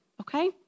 okay